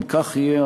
אם כך יהיה,